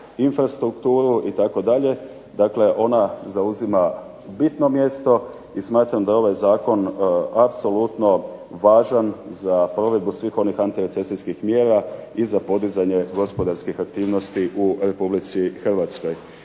infrastrukturu itd., dakle ona zauzima bitno mjesto i smatramo da je ovaj Zakon važan za provedbu svih onih antirecesijskih mjera i za podizanje gospodarskih aktivnosti u Republici Hrvatskoj.